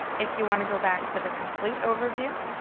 if you wanna go back to the complete overview,